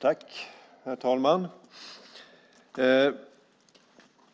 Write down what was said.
Herr talman!